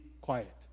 quiet